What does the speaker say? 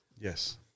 Yes